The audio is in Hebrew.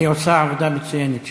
היא עושה עבודה מצוינת שם.